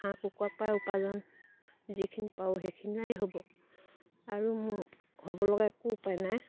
হাঁহ কুকুৰা পাই উপাৰ্জন যিখিনি পাওঁ সেইখিনিই হ'ব আৰু মোৰ হ'ব লগা একো উপায় নাই